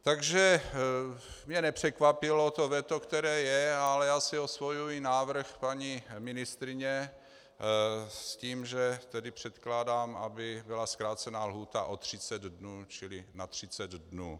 Takže mě nepřekvapilo to veto, které je, ale já si osvojuji návrh paní ministryně s tím, že předkládám, aby byla zkrácena lhůta o 30 dnů, čili na 30 dnů.